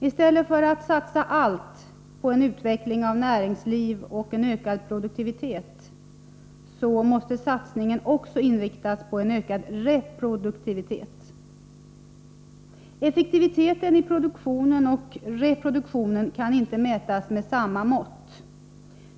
I stället för att man satsar allt på en utveckling av näringslivet och på en ökad produktivitet måste satsningen också inriktas på en ökad reproduktivitet. Effektiviteten i produktionen och i reproduktionen kan inte mätas med samma mått.